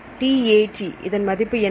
TAT இதன் மதிப்பு என்ன